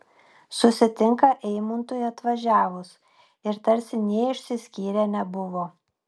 susitinka eimuntui atvažiavus ir tarsi nė išsiskyrę nebuvo